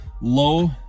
low